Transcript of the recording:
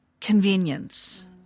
convenience